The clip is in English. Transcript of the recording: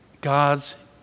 God's